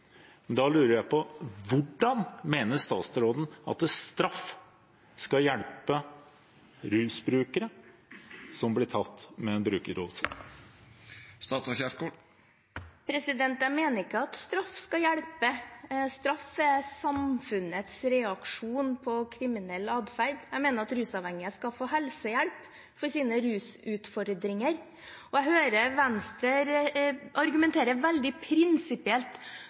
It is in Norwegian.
Da lurer jeg på: Hvordan mener statsråden at straff skal hjelpe rusbrukere som blir tatt med en brukerdose? Jeg mener ikke at straff skal hjelpe. Straff er samfunnets reaksjon på kriminell adferd. Jeg mener at rusavhengige skal få helsehjelp for sine rusutfordringer. Jeg hører Venstre argumentere veldig prinsipielt